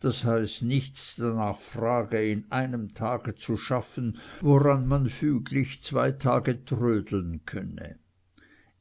das heißt nichts darnach frage in einem tage zu schaffen woran man füglich zwei tage trödeln könne